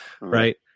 right